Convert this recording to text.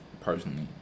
personally